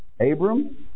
Abram